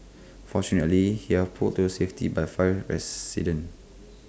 fortunately he had pulled to safety by five residents